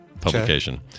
publication